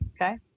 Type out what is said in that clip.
Okay